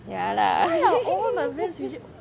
ya lah